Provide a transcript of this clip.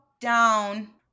down